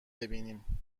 بیینیم